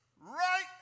right